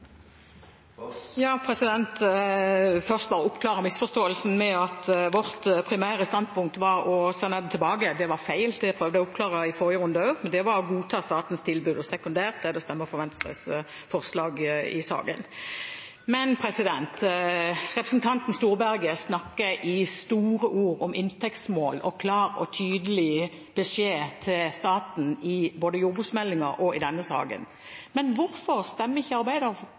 først bare oppklare den misforståelsen at vårt primære standpunkt var å sende den tilbake. Det var feil, det prøvde jeg å oppklare i forrige runde også. Det var å godta statens tilbud, og sekundært er det å stemme for Venstres forslag i saken. Representanten Storberget snakker i store ord om inntektsmål og med klar og tydelig beskjed til staten i forbindelse med både jordbruksmeldingen og denne saken. Men hvorfor stemte ikke